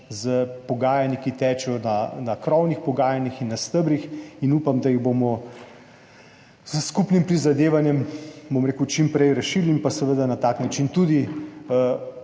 s pogajanji, ki tečejo na krovnih pogajanjih in stebrih in upam, da jih bomo s skupnim prizadevanjem čim prej rešili in seveda na tak način tudi